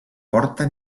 porta